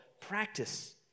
practice